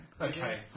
Okay